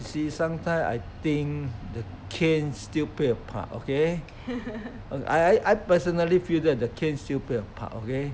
you see sometimes I think the cane still play a part okay I I personally feel that the cane still play a part okay